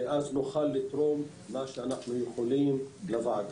ואז נוכל לתרום מה שאנחנו יכולים לוועדה.